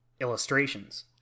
illustrations